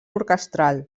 orquestral